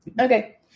Okay